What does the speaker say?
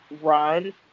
run